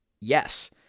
Yes